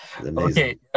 Okay